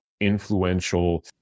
influential